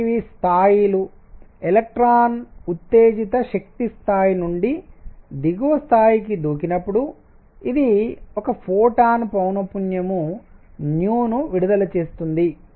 కాబట్టి ఇవి స్థాయిలు ఎలక్ట్రాన్ ఉత్తేజిత శక్తి స్థాయి నుండి దిగువ స్థాయికి దూకినప్పుడు ఇది 1 ఫోటాన్ పౌనఃపున్యం ను విడుదల చేస్తుంది